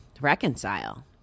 reconcile